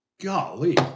Golly